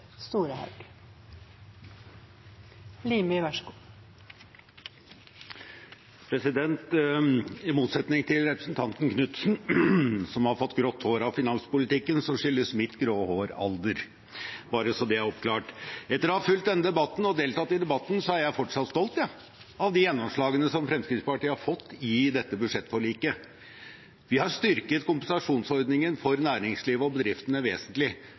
Knutsen, som har fått grått hår av finanspolitikken, skyldes mitt grå hår alder – bare så det er oppklart. Etter å ha fulgt og deltatt i denne debatten er jeg fortsatt stolt av de gjennomslagene som Fremskrittspartiet har fått i dette budsjettforliket. Vi har styrket kompensasjonsordningen for næringslivet og bedriftene vesentlig.